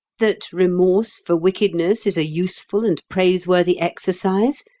that remorse for wickedness is a useful and praiseworthy exercise?